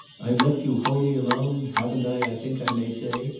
i've left you wholly alone haven't, i think i may say,